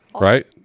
Right